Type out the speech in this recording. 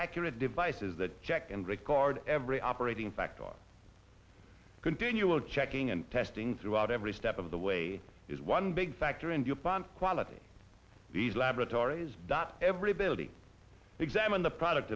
accurate devices that check and record every operating fact of continual checking and testing throughout every step of the way is one big factor in dupont quality these laboratories that every building examine the product